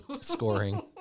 scoring